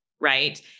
right